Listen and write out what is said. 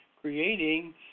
creating